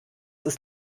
ist